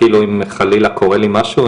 אם חלילה קורה לי משהו,